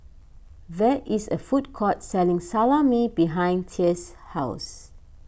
there is a food court selling Salami behind thea's house